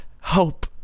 hope